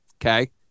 okay